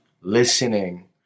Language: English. listening